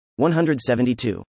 172